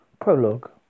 Prologue